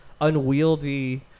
unwieldy